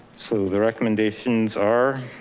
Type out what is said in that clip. so the recommendations are,